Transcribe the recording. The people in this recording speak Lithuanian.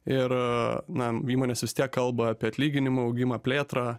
ir na įmonės vis tiek kalba apie atlyginimų augimą plėtrą